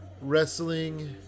wrestling